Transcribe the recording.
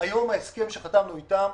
היום ההסכם שחתמנו אתם,